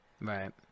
Right